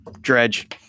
Dredge